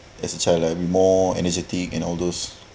as a child I'll be more energetic and all those